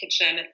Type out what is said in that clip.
kitchen